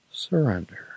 Surrender